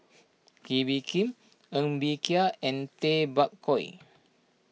Kee Bee Khim Ng Bee Kia and Tay Bak Koi